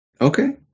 Okay